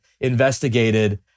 investigated